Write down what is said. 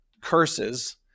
curses